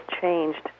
changed